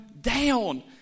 down